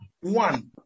one